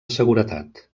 seguretat